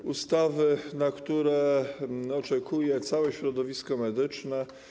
To ustawa, na którą oczekuje całe środowisko medyczne.